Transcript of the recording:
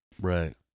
Right